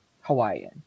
Hawaiian